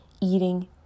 eating